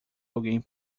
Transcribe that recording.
alguém